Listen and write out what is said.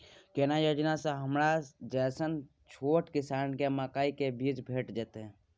केना योजना स हमरो जैसन छोट किसान के मकई के बीज भेट जेतै?